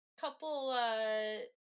couple